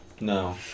No